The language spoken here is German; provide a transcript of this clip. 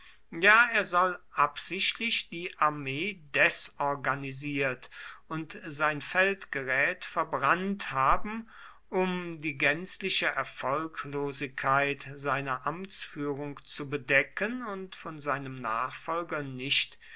ja er soll absichtlich die armee desorganisiert und sein feldgerät verbrannt haben um die gänzliche erfolglosigkeit seiner amtsführung zu bedecken und von seinem nachfolger nicht